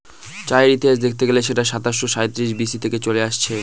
চায়ের ইতিহাস দেখতে গেলে সেটা সাতাশো সাঁইত্রিশ বি.সি থেকে চলে আসছে